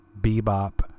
bebop